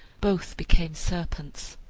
both became serpents.